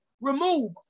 remove